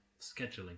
scheduling